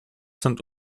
sind